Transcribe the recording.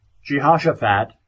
Jehoshaphat